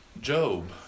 Job